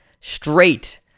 straight